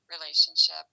relationship